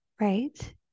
right